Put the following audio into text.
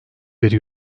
bir